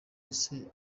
yise